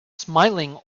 smiling